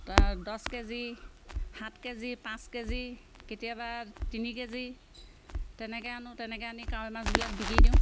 দছ কেজি সাত কেজি পাঁচ কেজি কেতিয়াবা তিনি কেজি তেনেকে আনো তেনেকে আনি কাৱৈ মাছবিলাক বিকি দিওঁ